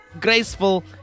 graceful